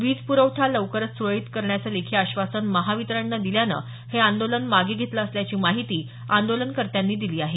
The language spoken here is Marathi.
वीज पुरवठा लवकचं सुरळीत करण्याचं लेखी आश्वासन महावितरणनं दिल्यानं हे आंदोलन मागे घेतलं असल्याची माहिती आंदोलनकर्त्यांनी दिली आहे